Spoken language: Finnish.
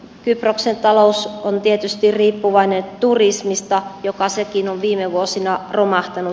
kyproksen talous on tietysti riippuvainen turismista joka sekin on viime vuosina romahtanut